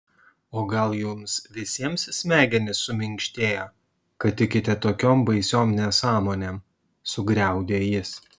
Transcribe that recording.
o gal jums visiems smegenys suminkštėjo kad tikite tokiom baisiom nesąmonėm sugriaudė jis